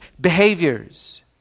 behaviors